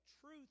Truth